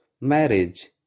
marriage